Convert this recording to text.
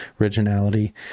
originality